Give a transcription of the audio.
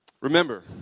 Remember